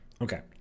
Okay